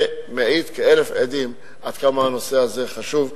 זה מעיד כאלף עדים עד כמה הנושא הזה חשוב,